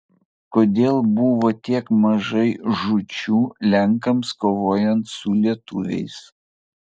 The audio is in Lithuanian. kodėl buvo tiek mažai žūčių lenkams kovojant su lietuviais